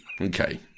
Okay